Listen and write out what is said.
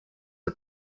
are